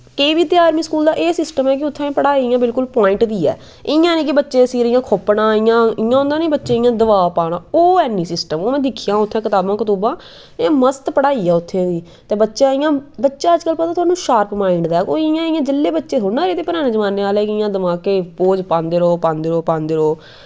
केबी ते army school दा ओह् सिस्टम ऐ कि उत्थें पढ़ाई इयां बिल्कुल प्वाईंट दी ऐ इयां नी कि बच्चे सिर इयां खोप्पना इयां इयां होंदा नि बच्चेई इयां दवाव पाना ओह् ऐनी नी सिस्टम ओह् मैं दिक्खियां उत्थें बताबां कतूबां एह् मस्त पढ़ाई ऐ उत्थें दी ते बच्चा इयां बच्चा अजकल पता थुहानू शार्प माईंड दा कोई इयां इयां जल्ले बच्चे थोह्ड़े न कि पराने जमाने आह्ले कि इयां दमाके च बोझ पांदे रवो पांदे रवो पांदे रवो